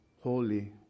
holy